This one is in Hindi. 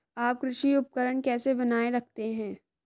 आप कृषि उपकरण कैसे बनाए रखते हैं?